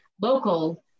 local